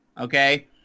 okay